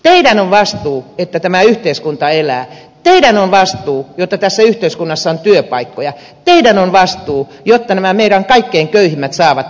teidän on vastuu että tämä yhteiskunta elää teidän on vastuu jotta tässä yhteiskunnassa on työpaikkoja teidän on vastuu jotta nämä meidän kaikkein köyhimpämme saavat työtä